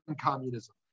communism